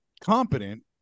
competent